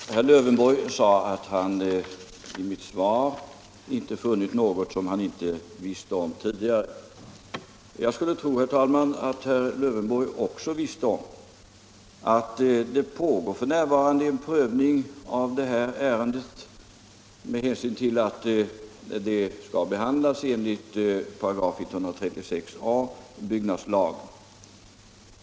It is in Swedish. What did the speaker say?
Herr talman! Herr Lövenborg sade att han i mitt svar inte funnit något som han inte visste tidigare. Jag skulle tro, herr talman, att herr Lövenborg också visste att det f.n. pågår en prövning av det här ärendet med hänsyn till att det skall behandlas enligt 136 a § byggnadslagen.